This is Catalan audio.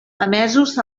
emesos